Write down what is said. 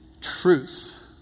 Truth